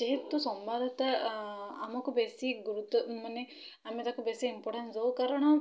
ଯେହେତୁ ସମ୍ବାଦତା ଆମକୁ ବେଶୀ ଗୁରୁତ୍ୱ ମାନେ ଆମେ ତାକୁ ବେଶୀ ଇମ୍ପୋର୍ଟାନ୍ସ ଦେଉ କାରଣ